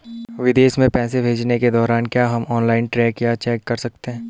विदेश में पैसे भेजने के दौरान क्या हम ऑनलाइन ट्रैक या चेक कर सकते हैं?